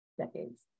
decades